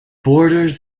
borders